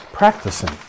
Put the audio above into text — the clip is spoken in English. Practicing